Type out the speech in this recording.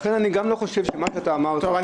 לכן אני גם לא חושב שמה שאתה אמרת --- טוב,